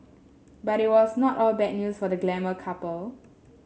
but it was not all bad news for the glamour couple